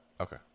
Okay